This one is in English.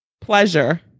Pleasure